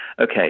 okay